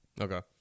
Okay